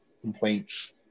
complaints